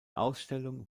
ausstellung